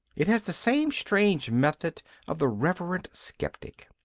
it has the same strange method of the reverent sceptic.